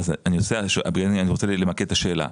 אני רוצה למקד את השאלה.